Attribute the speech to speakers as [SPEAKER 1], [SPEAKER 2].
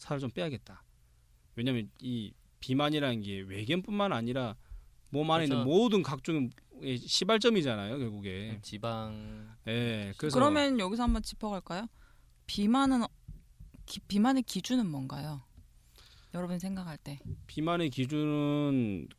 [SPEAKER 1] 살을 좀 빼야겠다. 왜냐면 이 비만이라는 게 외견뿐만 아니라 몸 안에 있는
[SPEAKER 2] 그래서.
[SPEAKER 1] 모든 각종의 시발점이잖아요, 결국에.
[SPEAKER 2] 지방.
[SPEAKER 1] 예, 그래서-
[SPEAKER 3] 그러면 여기서 한번 짚어갈까요? 비만은 기- 비만의 기준은 뭔가요? 여러분 생각할 때.
[SPEAKER 1] 비만의 기준은